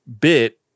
bit